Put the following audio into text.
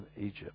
Egypt